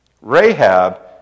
Rahab